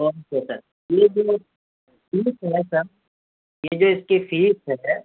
okay sir یہ جو fees ہے سر یہ جو اس کی فیس ہے